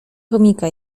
chomika